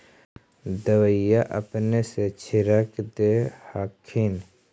दबइया अपने से छीरक दे हखिन?